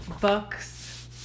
books